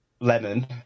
Lemon